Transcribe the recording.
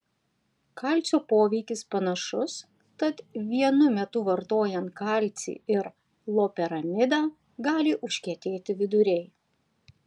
kalcio poveikis panašus tad vienu metu vartojant kalcį ir loperamidą gali užkietėti viduriai